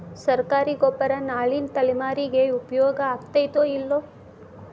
ಸರ್ಕಾರಿ ಗೊಬ್ಬರ ನಾಳಿನ ತಲೆಮಾರಿಗೆ ಉಪಯೋಗ ಆಗತೈತೋ, ಇಲ್ಲೋ?